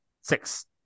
six